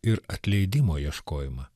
ir atleidimo ieškojimą